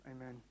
amen